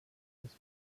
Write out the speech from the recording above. des